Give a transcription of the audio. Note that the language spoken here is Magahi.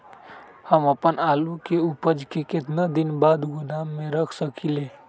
हम अपन आलू के ऊपज के केतना दिन बाद गोदाम में रख सकींले?